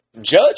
Judge